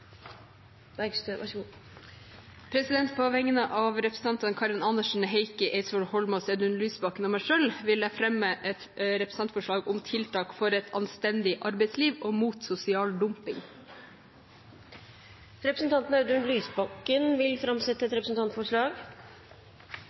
På vegne av representantene Karin Andersen, Heikki Eidsvoll Holmås, Audun Lysbakken og meg selv vil jeg fremme et representantforslag om tiltak for et anstendig arbeidsliv og mot sosial dumping. Representanten Audun Lysbakken vil framsette et